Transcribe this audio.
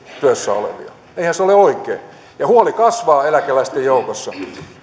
työssä olevia eihän se ole oikein ja huoli kasvaa eläkeläisten joukossa